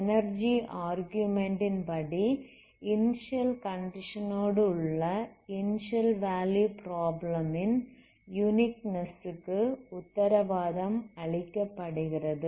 energy argument ன் படி initial கண்டிஷனோடு உள்ள இனிஸியல் வேல்யூ ப்ராப்ளம் ன் யுனிக்னெஸ் க்கு உத்தரவாதம் அளிக்கப்படுகிறது